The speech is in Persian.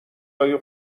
های